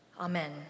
Amen